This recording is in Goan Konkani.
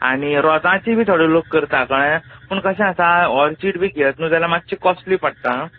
आनी रोजाची बी थोडे लोक करता कयें पूण कशें आसा ऑर्चीड बी घेत न्हू जाल्या मातशें कॉसली पडटा आ